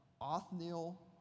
Othniel